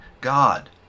God